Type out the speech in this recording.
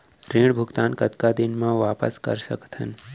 ऋण भुगतान कतका दिन म वापस कर सकथन?